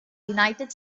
united